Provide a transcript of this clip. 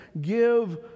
give